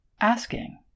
Asking